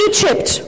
Egypt